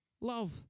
love